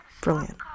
brilliant